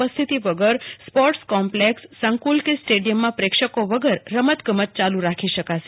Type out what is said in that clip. પસ્થીતિ વગર sports complex સંકેલ કે સ્ટેડિયમમાં પ્રેક્ષકો વગર રમતગમત ચાલુ રાખી શકાશે